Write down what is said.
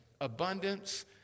abundance